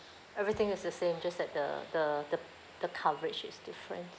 everything is the same just that the the the the coverage is different